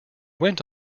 went